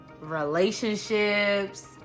relationships